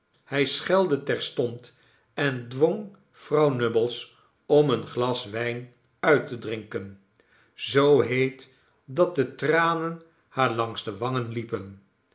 hij schelde terstond en dwong vrouw nubbles om een glas wijn uit te drinken zoo heet dat de tranen haar langs de wangen liepen